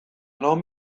non